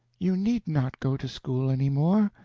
you need not go to school any more.